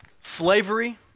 slavery